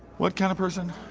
what kind of person?